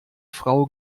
frau